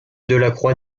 delacroix